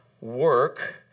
work